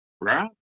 right